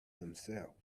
himself